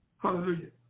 hallelujah